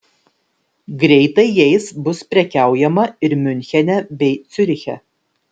greitai jais bus prekiaujama ir miunchene bei ciuriche